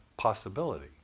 possibility